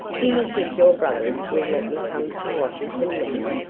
do you think your brothers will let me come to washington, now?